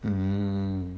mm